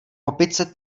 opice